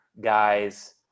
guys